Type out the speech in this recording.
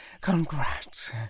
Congrats